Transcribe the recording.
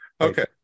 okay